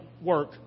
work